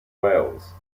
wales